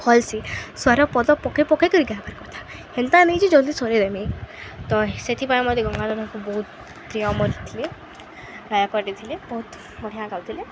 vowels ସର ପଦ ପକେଇ ପକେଇକରି ଗାଇବାର କଥା ହେନ୍ତା ଆ ନେଇ ଯେ ଜଲ୍ଦି ସରେ ଦେମି ତ ସେଥିପାଇଁ ମତେ ଗଙ୍ଗା ଲକୁ ବହୁତ ପ୍ରିୟ ମରିଥିଲେ ଗାଇ ପଟିଥିଲେ ବହୁତ ବଢ଼ିଆଁ ଗାଉଥିଲେ